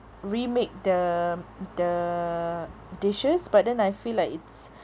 remake the the dishes but then I feel like it's